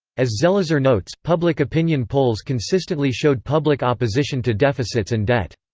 as zelizer notes, public opinion polls consistently showed public opposition to deficits and debt.